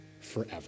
forever